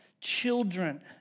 children